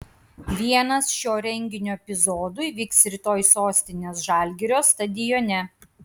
vienas šio renginio epizodų įvyks rytoj sostinės žalgirio stadione